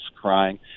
crying